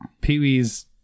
Pee-wee's